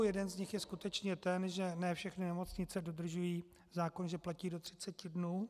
Jeden z nich je skutečně ten, že ne všechny nemocnice dodržují zákon, že platí do 30 dnů.